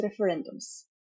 referendums